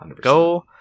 Go